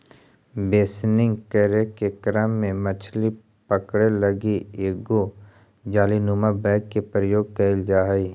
बेसनिंग करे के क्रम में मछली पकड़े लगी एगो जालीनुमा बैग के प्रयोग कैल जा हइ